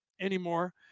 anymore